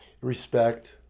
Respect